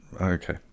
Okay